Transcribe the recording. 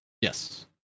Yes